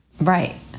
Right